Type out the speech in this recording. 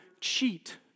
cheat